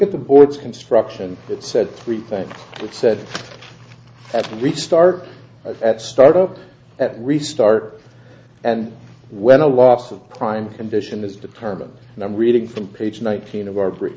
at the boards construction that said three things that said that restart at start of at restart and when a loss of prime condition is determined and i'm reading from page nineteen of our